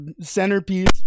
centerpiece